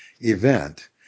event